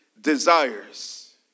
desires